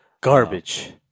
Garbage